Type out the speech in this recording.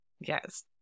Yes